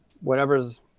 whatever's